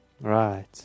Right